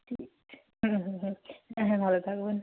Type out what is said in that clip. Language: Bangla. ঠিক আছে হুম হুম হুম হ্যাঁ ভালো থাকবেন